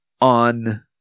on